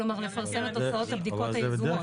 כלומר לפרסם את תוצאות הבדיקות היזומות,